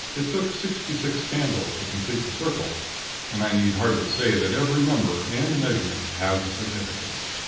it took sixty-six candles to complete the circle and i need hardly say that every number and measurement has a significance.